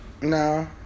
No